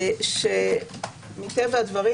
שמטבע הדברים,